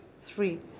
three